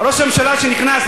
ראש הממשלה שנכנס,